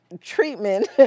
treatment